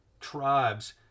tribes